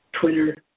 Twitter